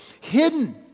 hidden